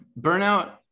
burnout